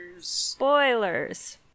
spoilers